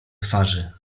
twarzy